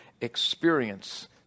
experience